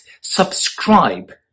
subscribe